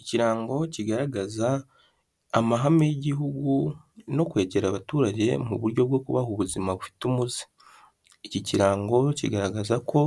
Ikirango kigaragaza amahame y'igihugu no kwegera abaturage mu buryo bwo kubaha ubuzima bufite umuze iki kirango kigaragaza ko